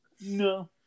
no